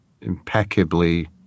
impeccably